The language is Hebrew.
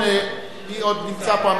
מי עוד נמצא פה?